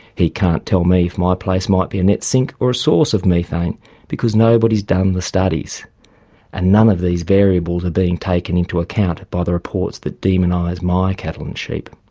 he can't tell me if my place might be a net sink or a source of methane because nobody's done the studies and none of these variables are being taken into account by the reports that demonise my cattle and sheep.